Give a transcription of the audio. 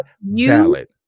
valid